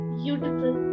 beautiful